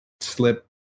Slip